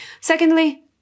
Secondly